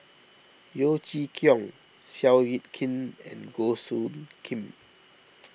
Yeo Chee Kiong Seow Yit Kin and Goh Soo Khim